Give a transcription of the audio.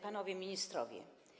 Panowie Ministrowie!